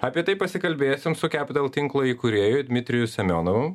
apie tai pasikalbėsim su capital tinklo įkūrėju dmitriju semionovu